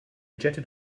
jetted